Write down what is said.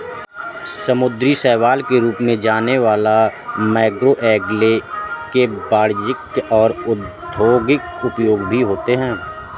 समुद्री शैवाल के रूप में जाने वाला मैक्रोएल्गे के वाणिज्यिक और औद्योगिक उपयोग भी होते हैं